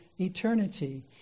eternity